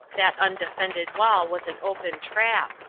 that undefended wall was an open trap.